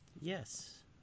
Yes